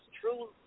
true